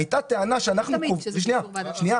היתה טענה --- לא תמיד, כשזה קשור בוועדה.